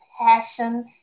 Passion